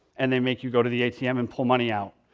and they make you go to the atm and pull money out.